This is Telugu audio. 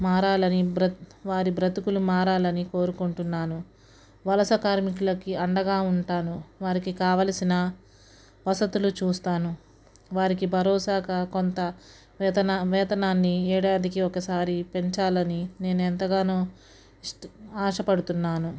మారాలని బ్రతు వారి బ్రతుకులు మారాలని కోరుకుంటున్నాను వలస కార్మికులకి అండగా ఉంటాను వారికి కావలసిన వసతులు చూస్తాను వారికి భరోసాగా కొంత వేతన వేతనాన్ని ఏడాదికి ఒకసారి పెంచాలని నేను ఎంతగానో ఇష్ట ఆశపడుతున్నాను